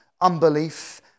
unbelief